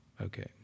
Okay